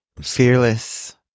Fearless